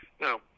Now